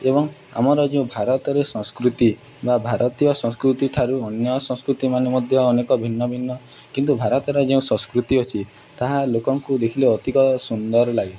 ଏବଂ ଆମର ଯେଉଁ ଭାରତରେ ସଂସ୍କୃତି ବା ଭାରତୀୟ ସଂସ୍କୃତିଠାରୁ ଅନ୍ୟ ସଂସ୍କୃତିମାନ ମଧ୍ୟ ଅନେକ ଭିନ୍ନ ଭିନ୍ନ କିନ୍ତୁ ଭାରତର ଯେଉଁ ସଂସ୍କୃତି ଅଛି ତାହା ଲୋକଙ୍କୁ ଦେଖିଲେ ଅଧିକ ସୁନ୍ଦର ଲାଗେ